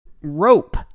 Rope